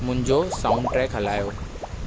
मुंहिंजो sound track हलायो